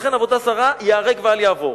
לכן עבודה זרה, ייהרג ואל יעבור.